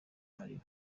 marira